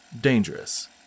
dangerous